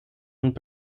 und